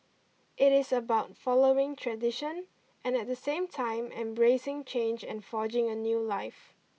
it is about following tradition and at the same time embracing change and forging a new life